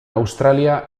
australia